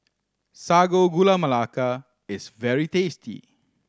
Sago Gula Melaka is very tasty